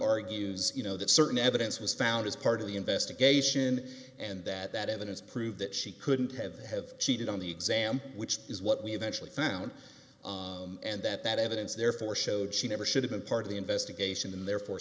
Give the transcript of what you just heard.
argues you know that certain evidence was found as part of the investigation and that that evidence proved that she couldn't have have cheated on the exam which is what we eventually found and that that evidence therefore showed she never should have been part of the investigation and therefore